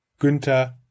Günther